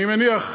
אני מניח,